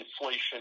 inflation